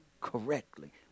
correctly